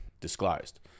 disclosed